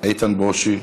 איתן ברושי,